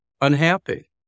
unhappy